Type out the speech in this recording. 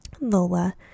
Lola